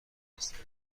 هستند